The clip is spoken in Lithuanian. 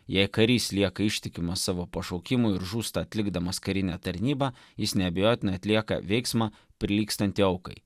jei karys lieka ištikimas savo pašaukimui ir žūsta atlikdamas karinę tarnybą jis neabejotinai atlieka veiksmą prilygstantį aukai